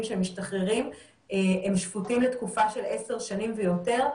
שמשתחררים שפוטים לתקופה של עשר שנים ויותר,